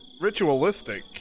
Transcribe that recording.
ritualistic